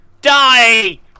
Die